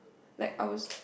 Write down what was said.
like our